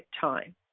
time